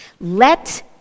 Let